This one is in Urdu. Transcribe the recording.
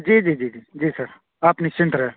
جی جی جی جی جی سر آپ نشچنت رہیں